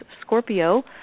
Scorpio